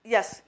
Yes